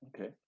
Okay